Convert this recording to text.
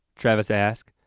travis asked.